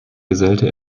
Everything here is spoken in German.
gesellte